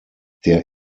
der